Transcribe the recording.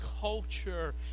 culture